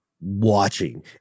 watching